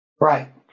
Right